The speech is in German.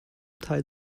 teil